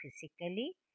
physically